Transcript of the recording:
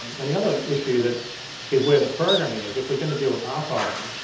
and and the other issue that is where the programming is, if we're gonna deal with archiving,